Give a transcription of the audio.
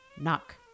Knock